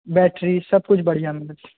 battery सभकुछ बढ़िआँ मिलत